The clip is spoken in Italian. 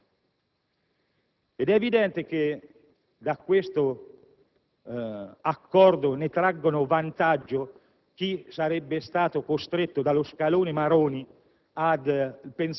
Vorrei parlare però della parte più rilevante di questo accordo, che è la normativa in materia di accesso al pensionamento anticipato. È evidente che, da questo